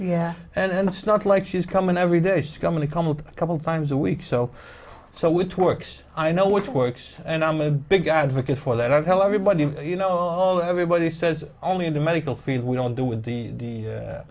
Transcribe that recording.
yeah and it's not like she's coming every day just going to come up a couple of times a week so so with works i know which works and i'm a big advocate for that i tell everybody you know all everybody says only in the medical field we don't do with the the